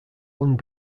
long